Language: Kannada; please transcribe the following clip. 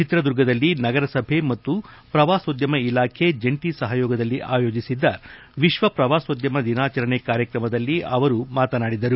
ಚಿತ್ರದುರ್ಗದಲ್ಲಿ ನಗರಸಭೆ ಮತ್ತು ಪ್ರವಾಸೋದ್ಯಮ ಇಲಾಖೆ ಜಂಟಿ ಸಹಯೋಗದಲ್ಲಿ ಅಯೋಜಿಸಿದ್ದ ವಿಶ್ವ ಪ್ರವಾಸೋದ್ಯಮ ದಿನಾಚರಣೆ ಕಾರ್ಯಕ್ರಮದಲ್ಲಿ ಅವರು ಮಾತನಾಡಿದರು